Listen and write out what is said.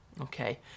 okay